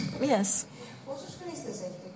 yes